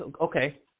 okay